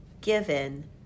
given